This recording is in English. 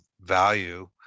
value